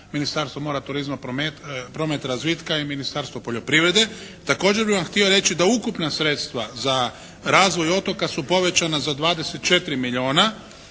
Ministarstvo mora, turizma, prometa i razvitka i Ministarstvo poljoprivrede. Također bih vam htio reći da ukupna sredstva za razvoj otoka su povećana za 24 milijuna